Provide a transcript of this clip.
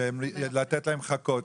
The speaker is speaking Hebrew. לתת להם חכות.